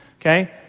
okay